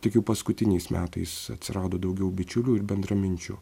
tik jau paskutiniais metais atsirado daugiau bičiulių ir bendraminčių